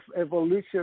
evolution